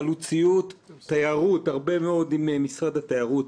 חלוציות, תיירות, הרבה מאוד עם משרד התיירות.